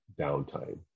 downtime